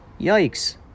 yikes